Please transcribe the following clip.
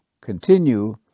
continue